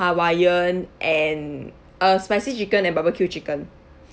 hawaiian and uh spicy chicken and barbecue chicken